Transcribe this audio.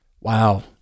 Wow